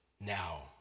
now